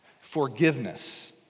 Forgiveness